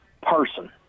person